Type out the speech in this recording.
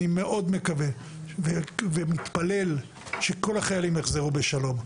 אני מאוד מקווה ומתפלל שכל החיילים יחזרו בשלום.